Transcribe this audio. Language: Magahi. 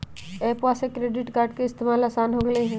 एप्पवा से क्रेडिट कार्ड के इस्तेमाल असान हो गेलई ह